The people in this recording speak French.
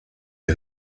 des